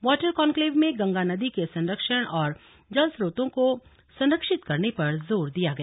water conclave में गंगा नदी के संरक्षण और जल स्तोत्रों को संरक्षित करने पर जोर दिया गया